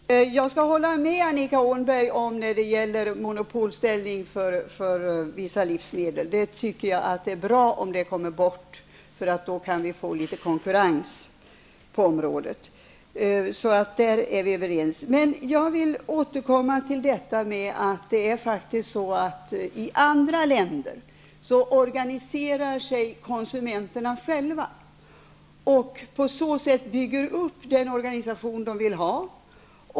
Herr talman! Jag håller med Annika Åhnberg när det gäller monopolställningen för vissa livsmedel. Det vore bra om den kommer bort, därför att vi då kan få litet konkurrens även här. Jag vill emellertid återkomma till att det faktiskt är så, att konsumenterna i andra länder organiserar sig själva och på så sätt bygger upp den organisation som de vill ha.